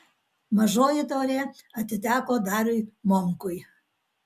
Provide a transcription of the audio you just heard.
mažoji taurė atiteko dariui momkui